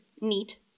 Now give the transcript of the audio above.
neat